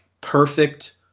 perfect